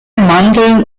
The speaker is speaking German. mandeln